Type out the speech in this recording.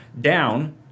down